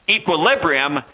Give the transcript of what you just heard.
equilibrium